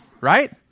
right